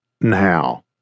Now